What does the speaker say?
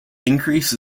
increase